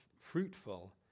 fruitful